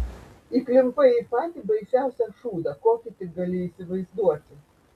įklimpai į patį baisiausią šūdą kokį tik gali įsivaizduoti